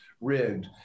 rigged